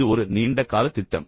இது ஒரு நீண்ட கால திட்டம்